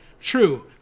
true